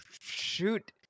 Shoot